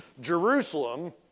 Jerusalem